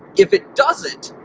if it doesn't,